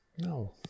no